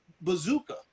bazooka